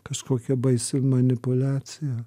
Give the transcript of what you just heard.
kažkokia baisi manipuliacija